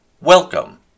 Welcome